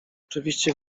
oczywiście